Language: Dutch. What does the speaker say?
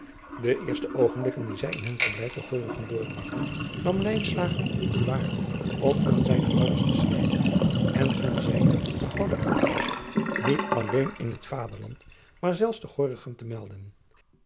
e eerste oogenblikken die zij in hun verblijf te ornichem doorbragten nam nu waar om aan zijne ouders te schfijven en hun zijne behouden aankomst niet alleen in het vaderland maar zelfs te ornichem te melden